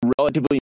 relatively